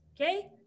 okay